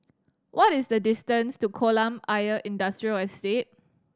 what is the distance to Kolam Ayer Industrial Estate